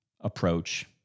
approach